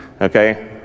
Okay